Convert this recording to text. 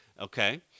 Okay